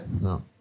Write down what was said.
No